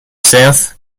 south